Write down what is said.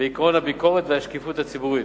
בעקרון הביקורת והשקיפות הציבורית.